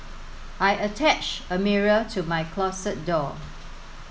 I attached a mirror to my closet door